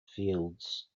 fields